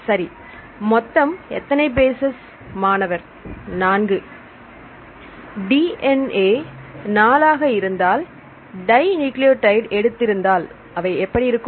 சரி மொத்தம் எத்தனை பேசஸ் மாணவர்4 DNA 4 ஆக இருந்தால் டை நியூக்ளியோடைடு எடுத்திருந்தால் அவை எப்படி இருக்கும்